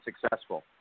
successful